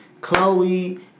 Chloe